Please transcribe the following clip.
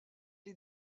les